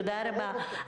תודה רבה.